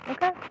Okay